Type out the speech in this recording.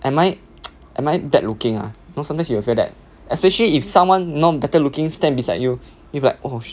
am I am I bad looking ah you know sometimes you will feel that especially if non better looking someone stand beside you you will be like oh